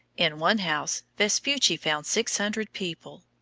in one house vespucci found six hundred people.